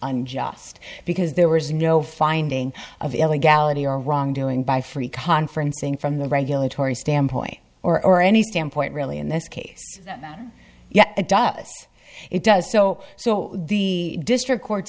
unjust because there was no finding of illegality or wrongdoing by free conferencing from the regulatory standpoint or any standpoint really in this case yes it does it does so so the district court